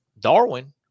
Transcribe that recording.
Darwin